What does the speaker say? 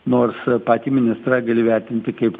nors patį ministrą gali vertinti kaip